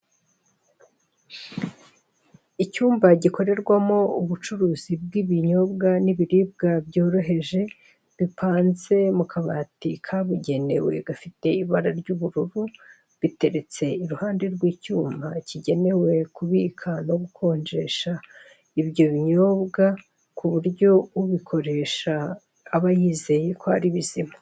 Icyumba gikorerwamo ubucuruzi bw'ibinyobwa n'ibiribwa byoroheje bipanze mu kabati kabugenewe gafite ibara ry'ubururu biteretse iruhande rw'icyuma kigenewe kubika no gukonjesha ibyo binyobwa kuburyo ubikoresha aba yizeye ko ari bizima.